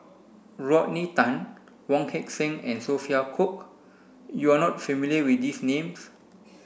Rodney Tan Wong Heck Sing and Sophia Cooke you are not familiar with these names